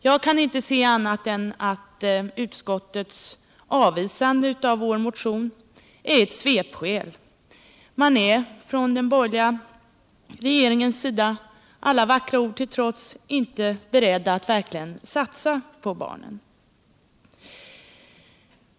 Jag kan inte se annat än att utskottets avvisande av vår motion är ett svepskäl. Man är från den borgerliga regeringens sida — alla vackra ord till trots — inte beredd att verkligen satsa på barnen.